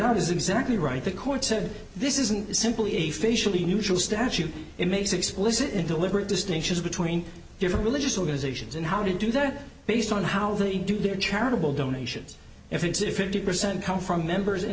out is exactly right the court said this isn't simply a facially neutral statute it makes explicit in to liberate distinctions between different religious organizations and how to do that based on how they do their charitable donations if it's if indeed percent come from members